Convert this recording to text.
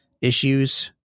issues